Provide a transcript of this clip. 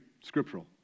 scriptural